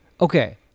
okay